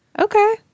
Okay